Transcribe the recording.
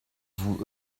vous